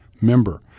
member